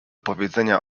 powiedzenia